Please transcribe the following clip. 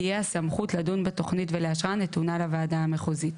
תהיה הסמכות לדון בתוכנית ולאשרה נתונה לוועדה המחוזית,